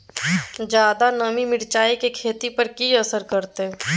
ज्यादा नमी मिर्चाय की खेती पर की असर करते?